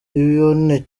ry’i